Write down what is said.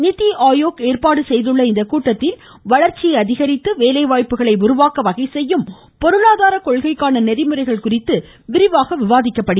நிதிஆயோக் ஏற்பாடு செய்துள்ள கூட்டத்தில் வளர்ச்சியை அதிகரித்து வேலைவாய்ப்புகளை உருவாக்க வகை செய்யும் பொருளாதார கொள்கைக்கான நெறிமுறைகள் குறித்து விரிவாக விவாதிக்கப்படும்